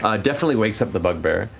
ah definitely wakes up the bugbear,